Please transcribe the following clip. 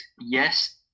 Yes